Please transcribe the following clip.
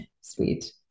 sweet